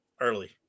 early